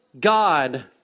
God